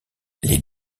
les